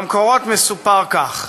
במקורות מסופר כך: